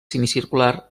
semicircular